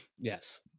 Yes